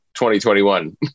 2021